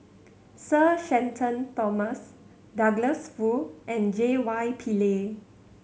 Sir Shenton Thomas Douglas Foo and J Y Pillay